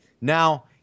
Now